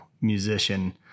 musician